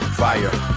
fire